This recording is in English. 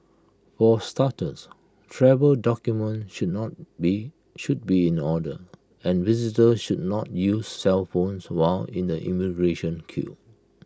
for starters travel documents should not be should be in order and visitors should not use cellphones while in the immigration queue